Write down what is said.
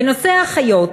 בנושא האחיות,